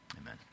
amen